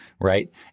right